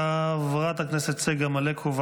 חברת הכנסת צגה מלקו.